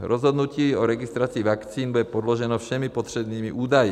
Rozhodnutí o registraci vakcín bude podloženo všemi potřebnými údaji.